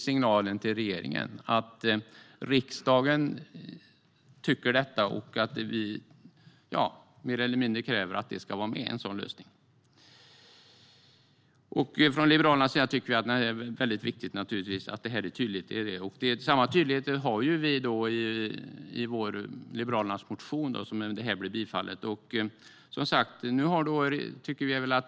Signalen till regeringen är att riksdagen kräver att en lösning ska finnas med. Liberalerna tycker att det är viktigt att detta framgår tydligt. Samma tydlighet finns i Liberalernas motion.